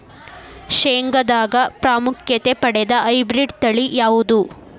ಶೇಂಗಾದಾಗ ಪ್ರಾಮುಖ್ಯತೆ ಪಡೆದ ಹೈಬ್ರಿಡ್ ತಳಿ ಯಾವುದು?